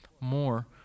more